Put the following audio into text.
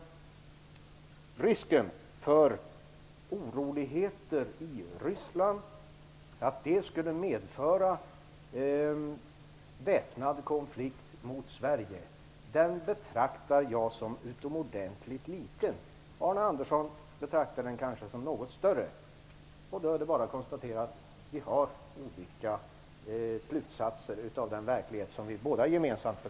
Risken för att oroligheter i Ryssland skulle medföra väpnad konflikt med Sverige betraktar jag som utomordentligt liten. Arne Andersson betraktar den kanske som något större, och då är det bara att konstatera att vi drar olika slutsatser av den verklighet som vi båda betraktar.